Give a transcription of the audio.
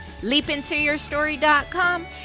leapintoyourstory.com